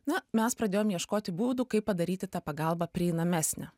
na mes pradėjom ieškoti būdų kaip padaryti tą pagalbą prieinamesnę